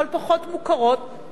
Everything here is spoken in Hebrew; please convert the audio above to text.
אבל פחות מוכרות.